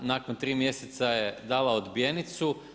Nakon tri mjeseca je dala odbijenicu.